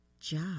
job